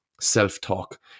self-talk